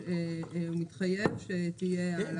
23' הוא מתחייב שתהיה העלאה בשכר החיילים.